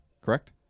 correct